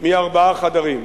מארבעה חדרים.